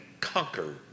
conquer